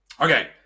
Okay